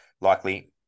likely